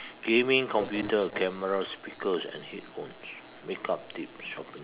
gaming computer camera speakers and headphones make up tips shopping